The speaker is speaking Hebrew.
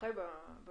כמומחה על